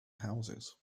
houses